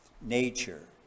nature